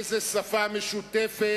איזו שפה משותפת